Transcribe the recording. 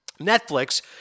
Netflix